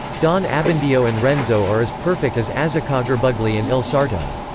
don abbondio and renzo are as perfect as as azzeccagarbugli and il sarto.